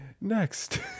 Next